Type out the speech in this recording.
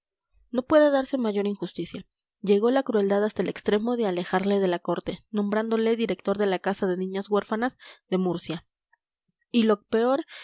no puede darse mayor injusticia llegó la crueldad hasta el extremo de alejarle de la corte nombrándole director de la casa de niñas huérfanas de murcia y lo peor